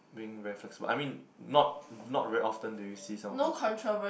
being very flexible but I mean not not very often do you see some